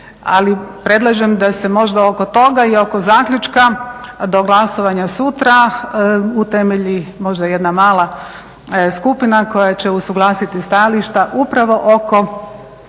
Ali predlažem da se možda oko toga i oko zaključka do glasovanja sutra utemelji možda jedna mala skupina koja će usuglasiti stajališta upravo oko